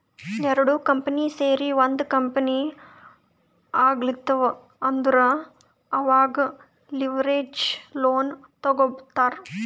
ಎರಡು ಕಂಪನಿ ಸೇರಿ ಒಂದ್ ಕಂಪನಿ ಆಗ್ಲತಿವ್ ಅಂದುರ್ ಅವಾಗ್ ಲಿವರೇಜ್ ಲೋನ್ ತಗೋತ್ತಾರ್